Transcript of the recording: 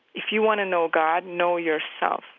if you want to know god, know yourself.